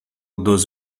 dos